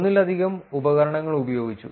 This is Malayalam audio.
ഒന്നിലധികം ഉപകരണങ്ങൾ ഉപയോഗിച്ചു